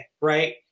right